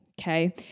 Okay